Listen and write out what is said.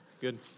Good